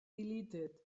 deleted